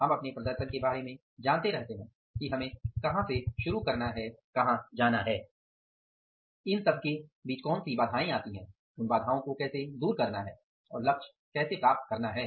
हम अपने प्रदर्शन के बारे में जानते रहते हैं कि हमें कहाँ से शुरू करना है कहाँ जाना है इन सबके बीच कौन सी बाधाएं आती हैं उन्हें कैसे दूर करना है और लक्ष्य कैसे प्राप्त करना है